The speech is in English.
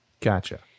Gotcha